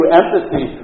empathy